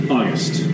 August